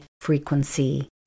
frequency